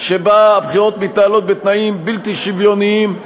שבה הבחירות מתנהלות בתנאים בלתי שוויוניים,